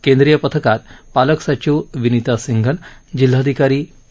केंद्रीय पथकात पालक सचिव विनीता सिंघल जिल्हाधिकारी पी